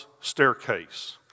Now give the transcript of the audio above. staircase